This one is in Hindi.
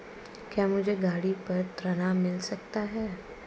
क्या मुझे गाड़ी पर ऋण मिल सकता है?